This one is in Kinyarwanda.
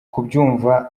kubyumva